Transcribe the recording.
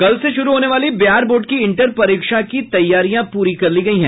कल से शुरू होने वाली बिहार बोर्ड की इंटर परीक्षा की तैयारियां पूरी कर ली गयी हैं